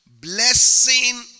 blessing